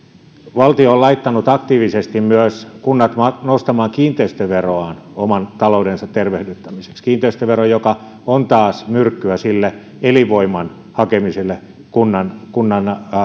valtio on laittanut aktiivisesti kunnat nostamaan myös kiinteistöveroaan oman taloutensa tervehdyttämiseksi kiinteistövero taas on myrkkyä elinvoiman hakemiselle kunnan kunnan